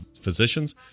physicians